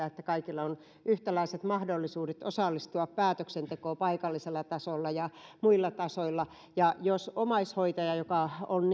että kaikilla on yhtäläiset mahdollisuudet osallistua päätöksentekoon paikallisella tasolla ja muilla tasoilla ja jos omaishoitajan joka on